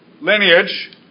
lineage